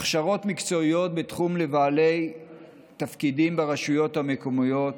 הכשרות מקצועיות בתחום לבעלי תפקידים ברשויות המקומיות,